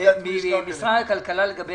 ממשרד הכלכלה, לגבי